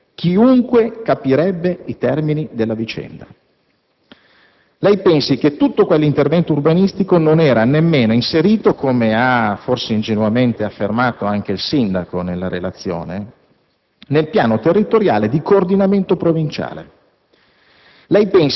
In altri termini, leggendo quanto firmato dal dottor Di Giulio, chiunque capirebbe i termini della vicenda. Lei pensi che tutto quell'intervento urbanistico non era nemmeno inserito - come ha, forse ingenuamente, affermato anche il sindaco nella relazione